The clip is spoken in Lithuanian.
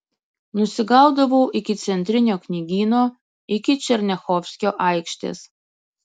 nusigaudavau iki centrinio knygyno iki černiachovskio aikštės